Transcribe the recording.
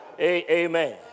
Amen